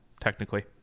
technically